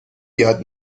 یاد